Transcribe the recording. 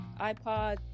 iPod